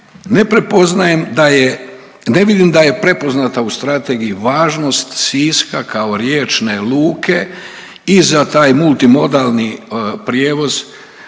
ne vidim da je prepoznata u Strategiji važnost Siska kao riječne luke i za taj multimodalni prijevoz,